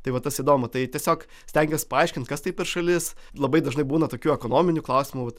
tai va tas įdomu tai tiesiog stengies paaiškint kas tai per šalis labai dažnai būna tokių ekonominių klausimų vat